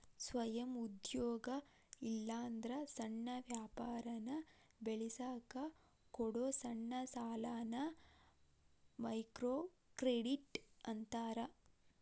ಸ್ವಯಂ ಉದ್ಯೋಗ ಇಲ್ಲಾಂದ್ರ ಸಣ್ಣ ವ್ಯಾಪಾರನ ಬೆಳಸಕ ಕೊಡೊ ಸಣ್ಣ ಸಾಲಾನ ಮೈಕ್ರೋಕ್ರೆಡಿಟ್ ಅಂತಾರ